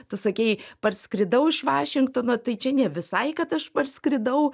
tu sakei parskridau iš vašingtono tai čia ne visai kad aš parskridau